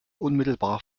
unmittelbar